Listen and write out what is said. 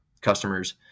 customers